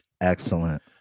Excellent